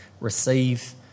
receive